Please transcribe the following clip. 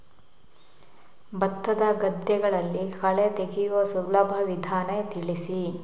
ಭತ್ತದ ಗದ್ದೆಗಳಲ್ಲಿ ಕಳೆ ತೆಗೆಯುವ ಸುಲಭ ವಿಧಾನ ತಿಳಿಸಿ?